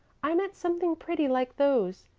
i meant something pretty like those,